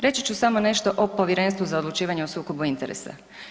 Reći ću samo nešto o Povjerenstvu za odlučivanje o sukobu interesa.